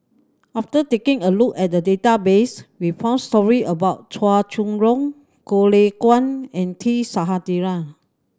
after taking a look at the database we found story about Chua Chong Long Goh Lay Kuan and T Sasitharan